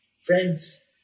Friends